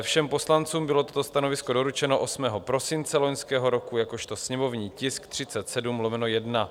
Všem poslancům bylo toto stanovisko doručeno 8. prosince loňského roku jakožto sněmovní tisk 37/1.